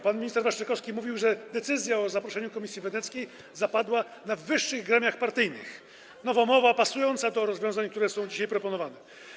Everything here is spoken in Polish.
Pan minister Waszczykowski mówił, że decyzja o zaproszeniu Komisji Weneckiej zapadła w wyższych gremiach partyjnych - nowomowa pasująca do rozwiązań, które są dzisiaj proponowane.